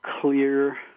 clear